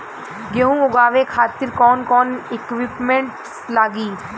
गेहूं उगावे खातिर कौन कौन इक्विप्मेंट्स लागी?